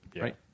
right